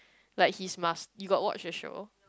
like his mas~ you got watch the show